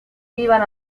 iban